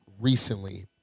recently